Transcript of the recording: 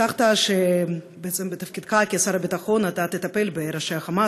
הבטחת שבעצם בתפקידך כשר הביטחון אתה תטפל בראשי ה"חמאס",